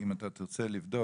אם אתה תרצה לבדוק,